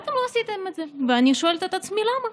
אתם לא עשיתם את זה, ואני שואלת את עצמי למה.